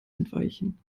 entweichen